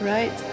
Right